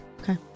okay